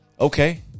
okay